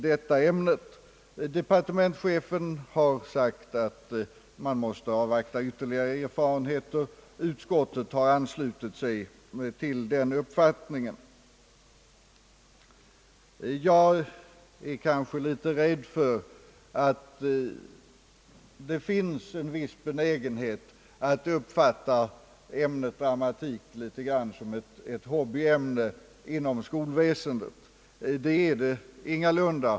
Departementschefen har sagt, att man måste avvakta ytterligare erfarenheter. Utskottet har anslutit sig till den uppfattningen. Jag är litet rädd för att det kanske finns en viss benägenhet att uppfatta ämnet dramatik som ett hobbyämne inom skolväsendet. Det är det ingalunda.